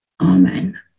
Amen